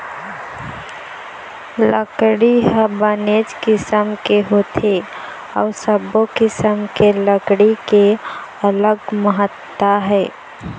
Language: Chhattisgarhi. लकड़ी ह बनेच किसम के होथे अउ सब्बो किसम के लकड़ी के अलगे महत्ता हे